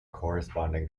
corresponding